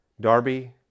Darby